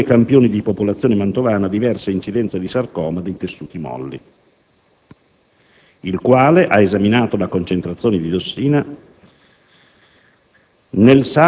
nel sangue di due campioni di popolazione mantovana a diversa incidenza di sarcoma dei tessuti molli», il quale ha esaminato la concentrazione di diossina